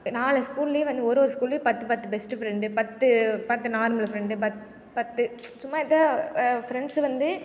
நாலு ஸ்கூல்லையும் வந்து ஒரு ஒரு ஸ்கூல்லையும் பத்து பத்து பெஸ்ட் ஃப்ரெண்டு பத்து பத்து நார்மல் ஃப்ரெண்டு பத்து சும்மா ஏதா ஃப்ரெண்ட்ஸ் வந்து